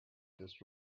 this